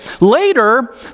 Later